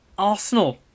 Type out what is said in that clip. Arsenal